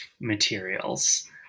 materials